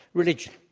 religion.